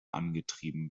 angetrieben